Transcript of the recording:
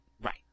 Right